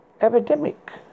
Epidemic